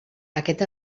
aquest